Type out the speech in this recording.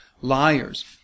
liars